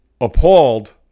appalled